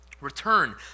Return